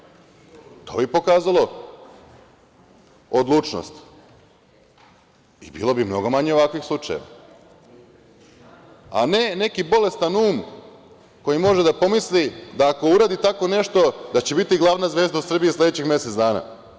To bi pokazalo odlučnost i bilo bi mnogo manje ovakvih slučajeva, a ne neki bolestan um, koji može da pomisli da ako uradi tako nešto da će biti glavna zvezda u Srbiji sledećih mesec dana.